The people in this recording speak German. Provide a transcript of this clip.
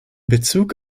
bezug